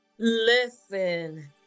Listen